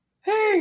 Hey